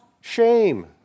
shame